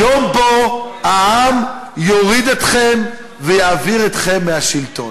יום שבו העם יוריד אתכם ויעביר אתכם מהשלטון.